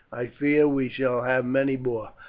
i fear we shall have many more.